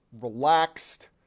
relaxed